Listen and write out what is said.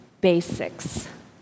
basics